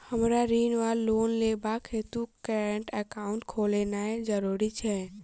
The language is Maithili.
हमरा ऋण वा लोन लेबाक हेतु करेन्ट एकाउंट खोलेनैय जरूरी छै?